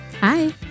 Hi